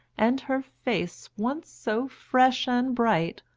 and her face, once so fresh and bright,